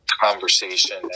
conversation